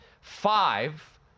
five